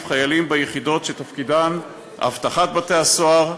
חיילים ביחידות שתפקידן אבטחת בתי-הסוהר,